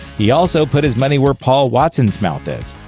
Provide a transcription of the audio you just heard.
he also put his money where paul watson's mouth is.